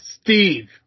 Steve